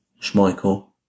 Schmeichel